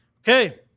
Okay